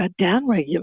downregulate